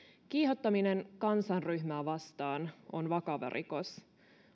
kiihottaminen kansanryhmää vastaan on vakava rikos